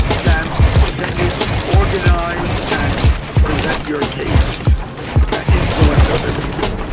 can can you organise and present your case and influence other people?